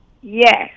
Yes